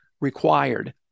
required